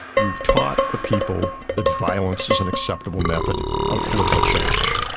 you've taught the people that violence is an acceptable method of political change,